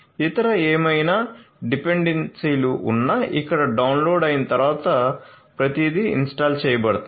ఇతరఏమైనా డిపెండెన్సీలు ఉన్నా ఇక్కడ డౌన్లోడ్ అయిన తర్వాత ప్రతిదీ ఇన్స్టాల్ చేయబడుతుంది